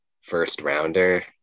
first-rounder